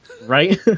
right